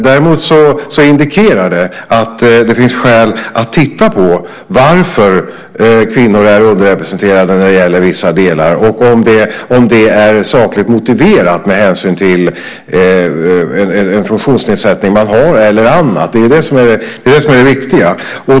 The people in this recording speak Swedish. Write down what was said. Däremot indikerar det att det finns skäl att titta på varför kvinnor är underrepresenterade när det gäller vissa delar och om det är sakligt motiverat med hänsyn till en funktionsnedsättning som finns eller något annat. Det är det som är det viktiga.